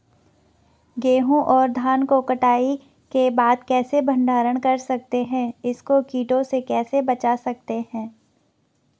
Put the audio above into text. गेहूँ और धान को कटाई के बाद कैसे भंडारण कर सकते हैं इसको कीटों से कैसे बचा सकते हैं?